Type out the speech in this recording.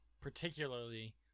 particularly